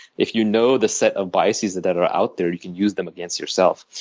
if you know the set of biases that that are out there, you can use them against yourself.